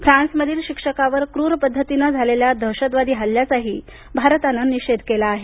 फ्रान्समधील शिक्षकावर क्रूर पद्धतीनं झालेल्या दहशतवादी हल्ल्याचाही भारतानं निषेध केला आहे